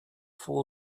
for